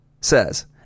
says